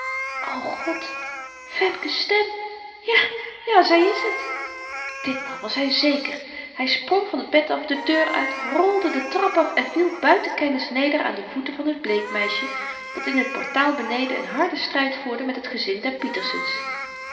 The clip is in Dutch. o god femke's stem ja ja zy is het ditmaal was hy zéker hy sprong van t bed af de deur uit rolde de trap af en viel buiten kennis neder aan de voeten van t bleekmeisje dat in t portaal beneden een harden stryd voerde met het gezin